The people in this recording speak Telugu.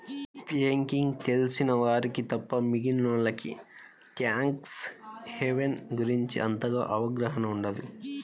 బ్యేంకింగ్ తెలిసిన వారికి తప్ప మిగిలినోల్లకి ట్యాక్స్ హెవెన్ గురించి అంతగా అవగాహన ఉండదు